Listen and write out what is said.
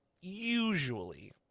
usually